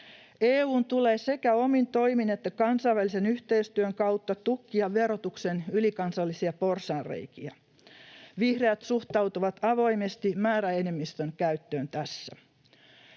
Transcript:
EU:n tulee sekä omin toimin että kansainvälisen yhteistyön kautta tukkia verotuksen ylikansallisia porsaanreikiä. Vihreät suhtautuvat avoimesti määräenemmistön käyttöön tässä.